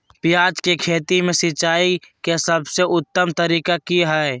प्याज के खेती में सिंचाई के सबसे उत्तम तरीका की है?